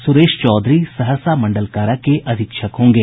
सुरेश चौधरी सहरसा मंडल कारा के अधीक्षक होंगे